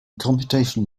computational